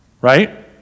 right